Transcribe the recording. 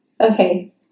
Okay